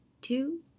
two